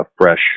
fresh